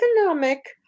economic